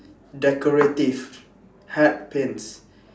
decorative hat pins